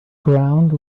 ground